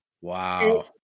Wow